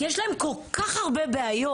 כי יש להם כל כך הרבה בעיות.